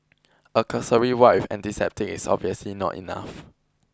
a cursory wipe with antiseptic is obviously not enough